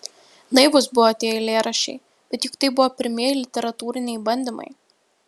naivūs buvo tie eilėraščiai bet juk tai buvo pirmieji literatūriniai bandymai